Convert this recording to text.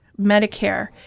Medicare